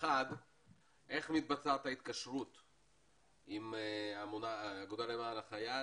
אין מתבצעת ההתקשרות עם האגודה למען החייל,